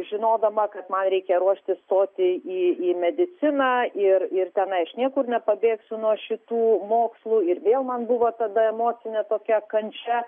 žinodama kad man reikia ruoštis stoti į į mediciną ir ir tenai aš niekur nepabėgsiu nuo šitų mokslų ir vėl man buvo tada emocinė tokia kančia